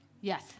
Yes